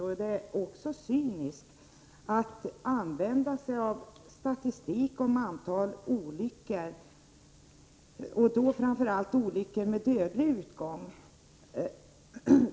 Vidare är det cyniskt att använda sig av statistik över antalet olyckor, och då framför ailt olyckor med dödlig utgång.